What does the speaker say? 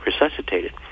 resuscitated